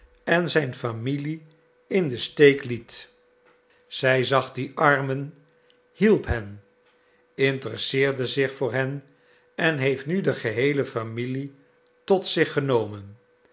en zijn familie in den steek liet zij zag die armen hielp hen interesseerde zich voor hen en heeft nu de geheele familie tot zich genomen